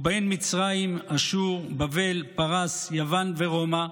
ובהן מצרים, אשור, בבל, פרס, יוון ורומא,